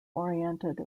oriented